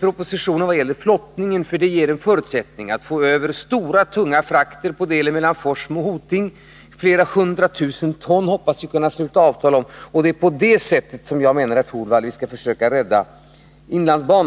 propositionen i fråga om flottningen, för det ger på bandelen Forsmo-Hoting en förutsättning att få över stora, tunga frakter — flera hundra tusen ton hoppas vi kunna sluta avtal om. Det är på det sättet jag menar att vi skall försöka rädda inlandsbanan.